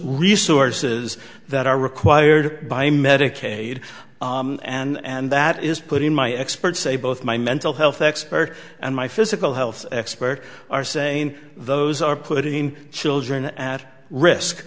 resources that are required by medicaid and and that is putting my experts say both my mental health expert and my physical health expert are saying those are putting children at risk